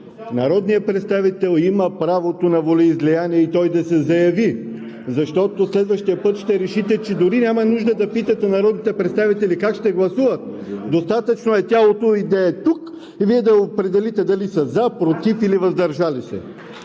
забележете, има правото на волеизявление, и той да се заяви! Защото следващия път ще решите, че дори няма нужда да питате народните представители как ще гласуват! Достатъчно е тялото Ви да е тук и Вие да определите дали са „за“, „против“ или „въздържал се“!